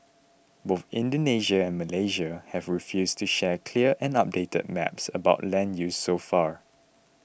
both Indonesia and Malaysia have refused to share clear and updated maps about land use so far